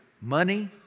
money